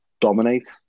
dominate